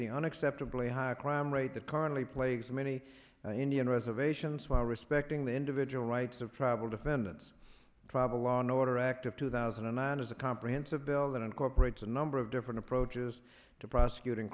the unacceptably high crime rate that currently plagues many indian reservations while respecting the individual rights of travel defendants tribal law and order act of two thousand and nine is a comprehensive bill that incorporates a number of different approaches to prosecuting